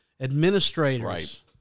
administrators